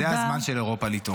זה הזמן של אירופה להתעורר.